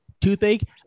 toothache